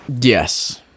Yes